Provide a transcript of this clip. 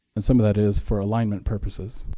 and some of that is for alignment purposes.